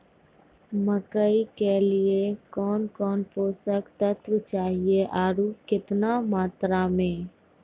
मकई के लिए कौन कौन पोसक तत्व चाहिए आरु केतना मात्रा मे?